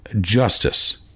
justice